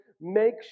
make